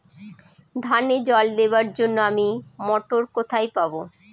ধানে জল দেবার জন্য আমি মটর কোথায় পাবো?